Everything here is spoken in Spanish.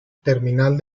terminal